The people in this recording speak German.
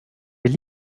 der